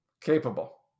Capable